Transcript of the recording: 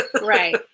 right